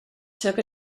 took